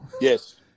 Yes